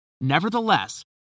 Nevertheless